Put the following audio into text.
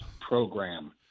program